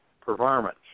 performance